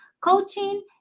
coaching